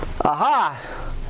Aha